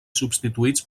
substituïts